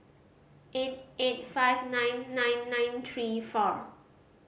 eight eight five nine nine nine three four